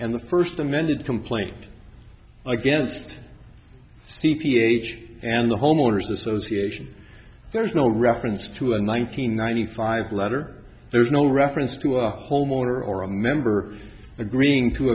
the first amended complaint against c p h and the homeowner's association there's no reference to a nine hundred ninety five letter there's no reference to a whole motor or a member agreeing to